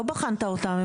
לא בחנת אותם.